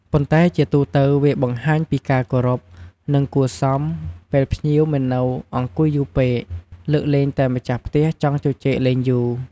ប៉ុន្តែជាទូទៅ វាបង្ហាញពីការគោរព និងគួរសម ពេលភ្ញៀវមិននៅអង្គុយយូរពេក លើកលែងតែម្ចាស់ផ្ទះចង់ជជែកលែងយូរ។